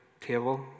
table